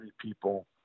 people